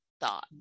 thought